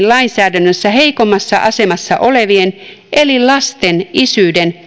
lainsäädännössä heikommassa asemassa olevien eli lasten isyyden